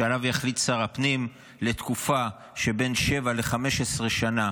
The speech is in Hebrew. שעליו יחליט שר הפנים לתקופה של בין שבע ל-15 שנה